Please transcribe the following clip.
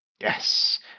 Yes